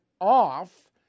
off